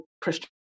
Christian